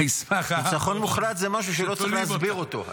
ניצחון מוחלט זה משהו שלא צריך להסביר אותו.